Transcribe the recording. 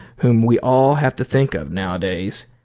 whom we all have to think of nowadays,